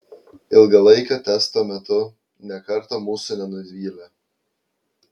ilgalaikio testo metu nė karto mūsų nenuvylė